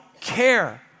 care